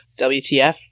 WTF